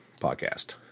podcast